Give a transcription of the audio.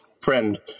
friend